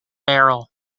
barrel